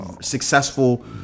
successful